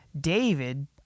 David